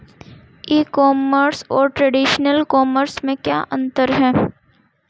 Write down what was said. ई commerce और traditional commerce में क्या अंतर है?